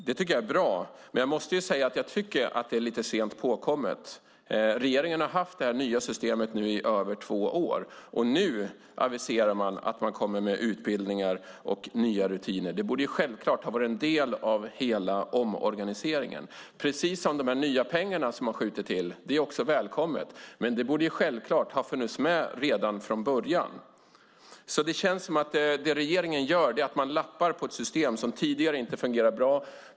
Det tycker jag är bra, men jag måste säga att jag tycker att det är lite sent påkommet. Regeringen har haft det nya systemet i över två år. Nu aviserar man att man kommer med utbildningar och nya rutiner. Det borde självklart ha varit en del av hela omorganiseringen, precis som i fråga om de nya pengar som man skjuter till. Det är också välkommet, men det borde självklart ha funnits med redan från början. Det känns som att regeringen lappar ihop ett system som tidigare inte fungerat bra.